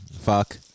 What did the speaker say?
Fuck